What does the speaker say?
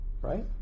Right